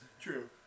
True